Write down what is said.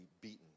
beaten